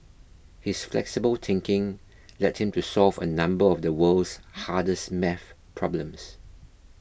his flexible thinking led him to solve a number of the world's hardest maths problems